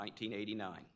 1989